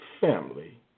family